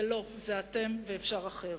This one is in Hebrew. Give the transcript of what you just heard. זה לא, זה אתם, ואפשר אחרת.